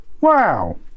Wow